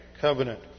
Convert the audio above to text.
covenant